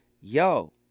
yo